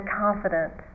confident